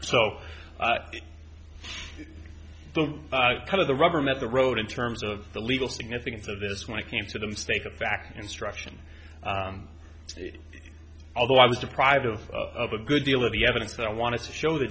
the kind of the rubber met the road in terms of the legal significance of this when it came to the mistake of fact instruction although i was deprived of a good deal of the evidence that i wanted to show the